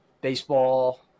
Baseball